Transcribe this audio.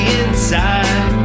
inside